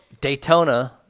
Daytona